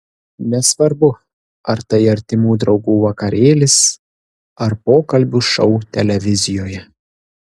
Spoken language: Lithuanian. nesvarbu ar tai artimų draugų vakarėlis ar pokalbių šou televizijoje